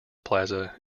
plaza